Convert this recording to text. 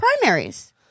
primaries